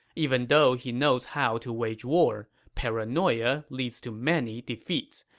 even though he knows how to wage war, paranoia leads to many defeats.